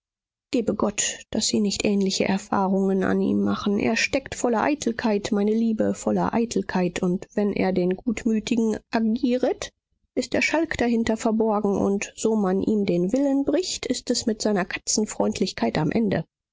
gebe gott daß sie nicht ähnliche erfahrungen an ihm machen er steckt voller eitelkeit meine liebe voller eitelkeit und wenn er den gutmütigen agieret ist der schalk dahinter verborgen und so man ihm den willen bricht ist es mit seiner katzenfreundlichkeit am ende